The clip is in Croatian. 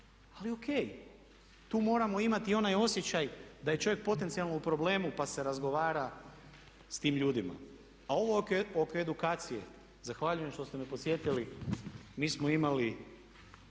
ali ok tu moramo imati onaj osjećaj da je čovjek potencijalno u problemu pa se razgovara s tim ljudima. A ovo oko edukacije zahvaljujem što ste me podsjetili, mi smo imali